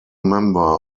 member